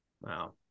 wow